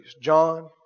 John